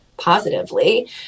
positively